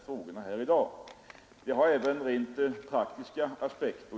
Frågan har självfallet också rent praktiska aspekter.